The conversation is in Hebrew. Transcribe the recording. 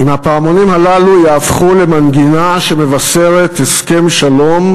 אם הפעמונים הללו יהפכו למנגינה שמבשרת הסכם שלום,